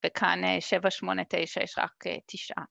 וכאן שבע שמונה תשע יש רק תשעה.